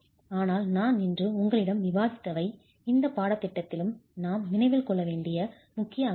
ஆனால் நான் இன்று உங்களுடன் விவாதித்தவை இந்தப் பாடத்திட்டத்திலும் நாம் நினைவில் கொள்ள வேண்டிய முக்கிய அம்சங்கள்